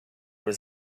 was